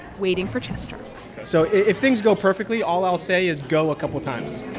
waiting for chester so if things go perfectly, all i'll say is go a couple times.